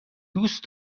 دوست